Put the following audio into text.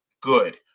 good